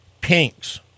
pinks